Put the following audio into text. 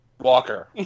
Walker